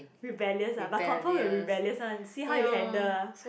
rebellious ah but confirm will rebellious one see how you handle ah